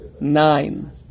nine